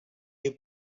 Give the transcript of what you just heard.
you